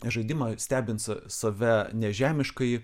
žaidimą stebint sa save nežemiškąjį